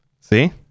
See